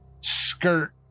skirt